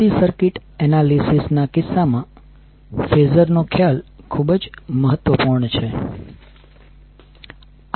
AC circuit analysis ના કિસ્સામાં phasor નો ખ્યાલ ખૂબ જ મહત્વપૂર્ણ છે